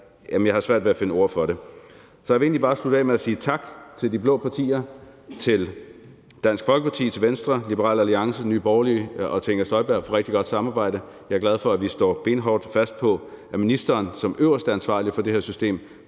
Jeg har svært ved at finde ord for det. Så jeg vil egentlig bare slutte af med at sige tak til de blå partier, til Dansk Folkeparti, til Venstre, Liberal Alliance, Nye Borgerlige og til Inger Støjberg for rigtig godt samarbejde. Jeg er glad for, at vi står benhårdt fast på, at ministeren som øverste ansvarlige for det her system